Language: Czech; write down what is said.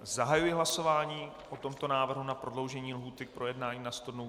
Zahajuji hlasování o tomto návrhu na prodloužení lhůty k projednání na sto dnů.